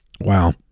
Wow